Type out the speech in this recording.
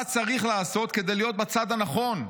מה צריך לעשות כדי להיות בצד הנכון,